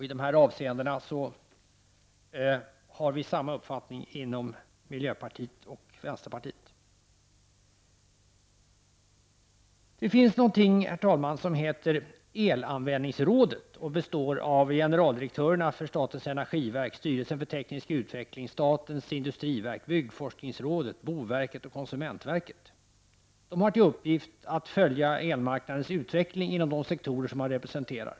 I de här avseendena har miljöpartiet och vänsterpartiet samma uppfattning. Herr talman! Det finns någonting som kallas elanvändningsrådet som representeras av generaldirektörerna för statens energiverk, styrelsen för teknisk utveckling, statens industriverk, byggforskningsrådet, boverket och konsumentverket. Dessa personer har till uppgift att följa elmarknadens utveckling inom de sektorer som de representerar.